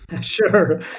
Sure